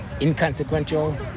inconsequential